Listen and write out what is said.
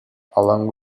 along